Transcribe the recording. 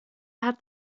hat